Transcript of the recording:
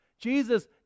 Jesus